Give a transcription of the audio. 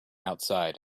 outside